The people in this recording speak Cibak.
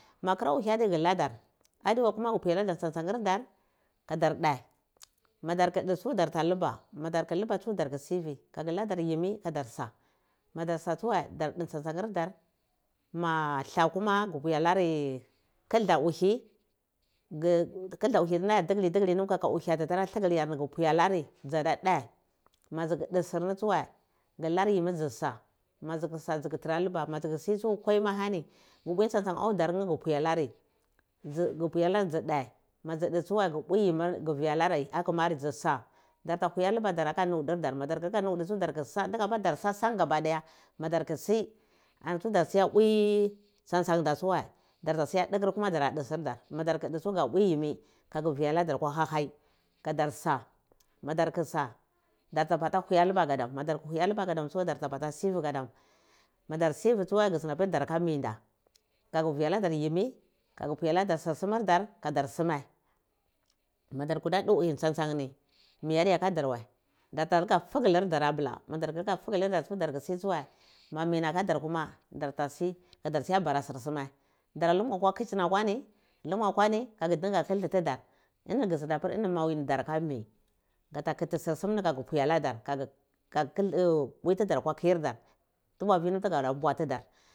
Ma kura uhi adai tsuwai guladar adiwa kuma gu pwi aladar tsantsanir dar kadar dheb madar tsu dun dhe kuma dar luba madar ta luba tsu dar sivi kagiludar yimmi tsu kadarsa madar sa kuma darson tsantsanir dar ma dlah kuma ghu pwi alari kilda uhi nti na tigi tigi kaka uhi gu pwi alari dza da dhe ma dzudu surni tsuwai ghu laryimmi dzi sa madzi kusa dzi tara lubo madzukusi kwa ma ahoni gu mpwi tsan tsan avdar nheh ghu pwi alari gu pwialar dzi dhe dzidhe tsuwai guh pwi yimi tsu gu via alar yimi akumari dza sa darta huya luba muarnudur dar madar ku nudur dar madar ku nudurdar tsudar kuso ndiga pir da su san gabadaya madarkusi antu darsuwa mpwi yimir dar uga via labar akwa hohwoi kadarsa madarkusa darkubata huya laba gadamu dar da bala sivi gadam mudar sivi kuma kandapir daraka mi nda kaga vi aladar yimi agu pwi aladar sir sumardar kadar suma madur kuda du uyir tsan tsan ni mi adiyaha darwai darta luka figilir dar abil a modar lika pigilir dar tsuwa mami na kadur tuma kagipialadar yimi kaga vi aladar sur sumir dar kadar sumai mada koda dhi uhin tsan tsan ni mi adiyaka dar wai darta luba figilar dar abila madar luba madar si tsuwa i mami na nakada kuma darta si kada luba baya sur suma dara lumba akwa kitohen akwani aha lungu akwani kadar dinga kildi tidar ini ghu zhindi apir ini mawini daraka migha ta kiti sur sum ni agavia aladar kaga kildi vitidar kwakirdar